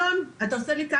אמנון, אתה עושה לי כן